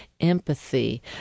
empathy